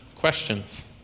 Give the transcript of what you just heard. questions